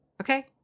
Okay